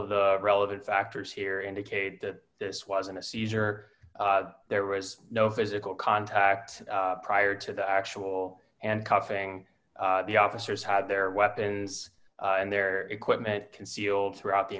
of the relevant factors here indicate that this wasn't a seizure there was no physical contact prior to the actual and cuffing the officers had their weapons and their equipment concealed throughout the